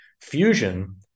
Fusion